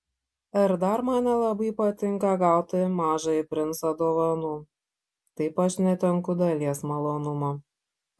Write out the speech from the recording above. ir dar man nelabai patinka gauti mažąjį princą dovanų taip aš netenku dalies malonumo